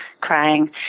crying